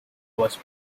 was